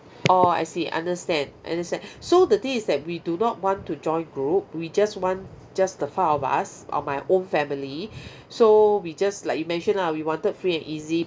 orh I see understand understand so the thing is that we do not want to join group we just want just the four of us uh my own family so we just like you mentioned lah we wanted free and easy